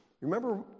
Remember